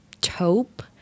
taupe